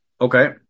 Okay